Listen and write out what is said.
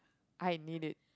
I need it